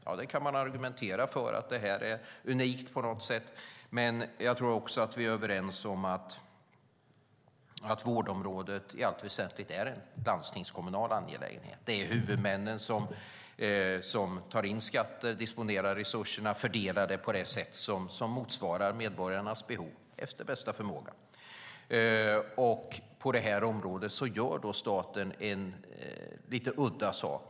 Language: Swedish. Ja, man kan argumentera för att det här är unikt på något sätt. Men jag tror också att vi är överens om att vårdområdet i allt väsentligt är en landstingskommunal angelägenhet. Det är huvudmännen som tar in skatter, disponerar resurserna och efter bästa förmåga fördelar dem på det sätt som motsvarar medborgarnas behov. På det här området gör då staten en lite udda sak.